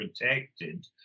protected